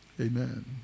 Amen